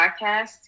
podcast